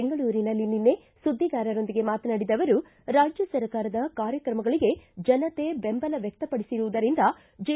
ಬೆಂಗಳೂರಿನಲ್ಲಿ ನಿನ್ನೆ ಸುದ್ದಿಗಾರರೊಂದಿಗೆ ಮಾತನಾಡಿದ ಅವರು ರಾಜ್ಯ ಸರ್ಕಾರದ ಕಾರ್ಯಕ್ರಮಗಳಿಗೆ ಜನತೆ ಬೆಂಬಲ ವ್ಯಕ್ತಪಡಿಸಿರುವುದರಿಂದ ಜೆ